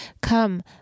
come